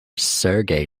sergei